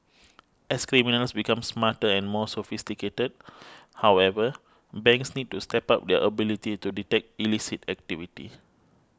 as criminals become smarter and more sophisticated however banks need to step up their ability to detect illicit activity